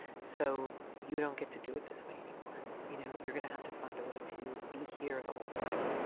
so you don't get to do it this way anymore. you know? you're gonna have to find a way to be here the whole time,